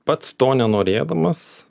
pats to nenorėdamas